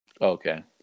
Okay